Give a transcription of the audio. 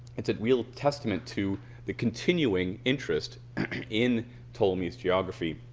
it's a real testament to the continuing interest in ptolemy's geography